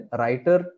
writer